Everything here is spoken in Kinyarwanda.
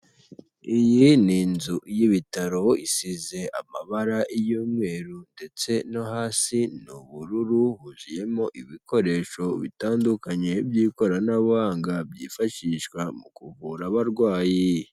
Iyi ni inzu y'ibitaro isize amabaray'umweru ndetse no hasi ni ubururu higanjemo ibikoresho bitandukanye by'ikoranabuhanga byifashishwa mu kuvura abarwayi.